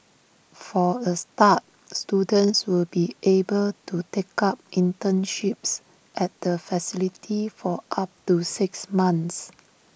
for A start students will be able to take up internships at the facility for up to six months